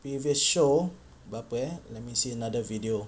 previous show berapa eh let me see another video